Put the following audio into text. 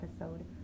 episode